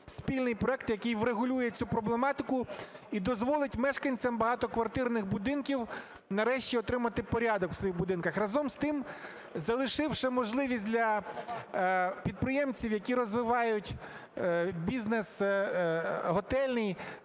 спільний проект, який врегулює цю проблематику і дозволить мешканцям багатоквартирних будинків нарешті отримати порядок у своїх будинках, разом з тим залишивши можливість для підприємців, які розвивають бізнес готельний,